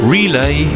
Relay